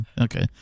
Okay